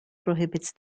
prohibits